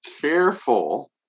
careful